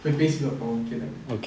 பேசி வைப்போம்:pesi vaipom okay lah